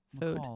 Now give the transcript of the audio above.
food